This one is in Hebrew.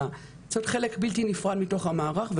אלא זה צריך להיות בלתי נפרד מתוך המערך.